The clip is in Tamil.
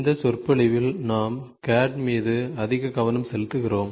இந்த சொற்பொழிவில் நாம் CAD மீது அதிக கவனம் செலுத்துகிறோம்